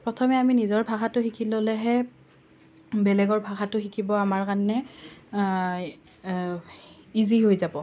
প্ৰথমে আমি নিজৰ ভাষাটো শিকি ল'লেহে বেলেগৰ ভাষাটো শিকিবৰ আমাৰ কাৰণে ইজি হৈ যাব